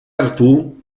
artù